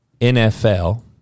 NFL